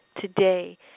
today